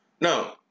Now